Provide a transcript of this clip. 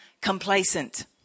complacent